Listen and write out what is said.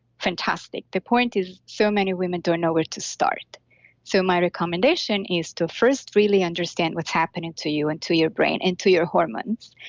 fantastic. the point is, so many women don't know where to start so, my recommendation is to first really understand what's happening to you and to your brain and to your hormones.